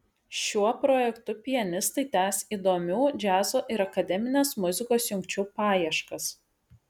šiuo projektu pianistai tęs įdomių džiazo ir akademinės muzikos jungčių paieškas